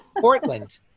Portland